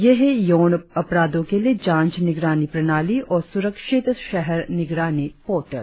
ये हैं यौन अपराधों के लिए जांच निगरानी प्रणाली और सुरक्षित शहर निगरानी पोर्टल